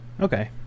okay